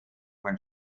von